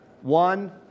One